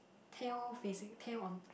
tail facing tail on